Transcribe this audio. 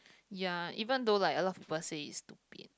ya even though like a lot people say is stupid